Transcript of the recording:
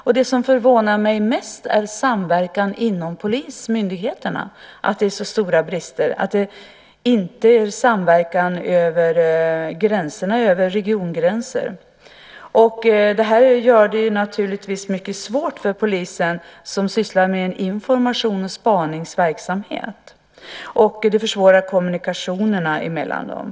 Och det som förvånar mig mest är att det är så stora brister vad gäller samverkan inom polismyndigheterna. Det är ingen samverkan över regiongränser. Det här gör det naturligtvis mycket svårt för polisen, som sysslar med informations och spaningsverksamhet. Det försvårar kommunikationerna mellan dem.